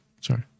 sorry